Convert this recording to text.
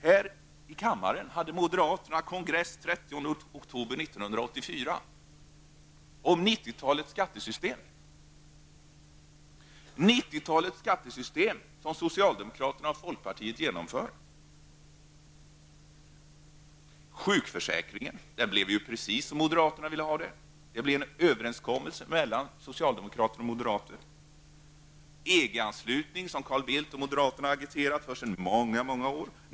Här i kammaren hade moderaterna kongress den 13 oktober 1984 om 90-talets skattesystem. Detta skattesystem genomfördes av socialdemokraterna och folkpartiet. Sjukförsäkringen blev precis som moderaterna ville ha den efter överenskommelse med socialdemokraterna. EG-anslutning har Carl Bildt och moderaterna agiterat för i många år.